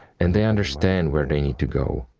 and they understand where they need to go.